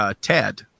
Ted